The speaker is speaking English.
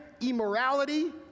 immorality